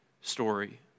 story